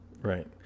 Right